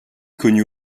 connut